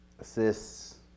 assists